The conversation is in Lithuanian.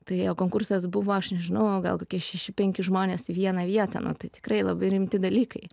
tai jo konkursas buvo aš nežinau gal kokie šeši penki žmonės į vieną vietą na tai tikrai labai rimti dalykai